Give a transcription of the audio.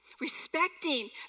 Respecting